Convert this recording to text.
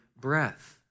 breath